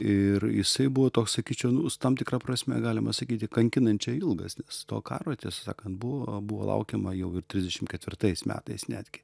ir jisai buvo toks sakyčiau nu su tam tikra prasme galima sakyti kankinančiai ilgas nes to karo tiesą sakant buvo buvo laukiama jau ir trisdešim ketvirtais metais netgi